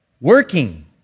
Working